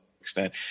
extent